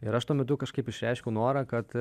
ir aš tuo metu kažkaip išreiškiau norą kad